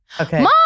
Okay